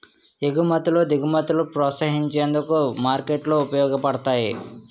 ఎగుమతులు దిగుమతులను ప్రోత్సహించేందుకు మార్కెట్లు ఉపయోగపడతాయి